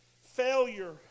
Failure